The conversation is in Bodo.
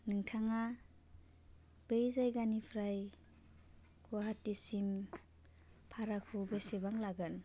नोंथांआ बै जायगानिफ्राय गुवाहाटिसिम भाराखौ बेसेबां लागोन